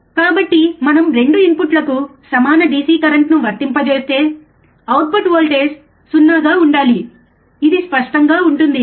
కాబట్టి మనం 2 ఇన్పుట్లకు సమాన DC కరెంట్ను వర్తింపజేస్తే అవుట్పుట్ వోల్టేజ్ 0 గా ఉండాలి ఇది స్పష్టంగా ఉంటుంది